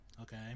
Okay